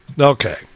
Okay